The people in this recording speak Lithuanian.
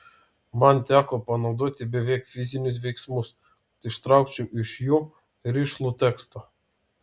man teko panaudoti beveik fizinius veiksmus kad ištraukčiau iš jų rišlų tekstą